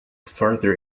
further